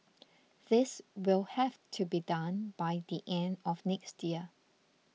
this will have to be done by the end of next year